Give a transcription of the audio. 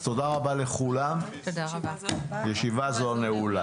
תודה רבה לכולם, ישיבה זו נעולה.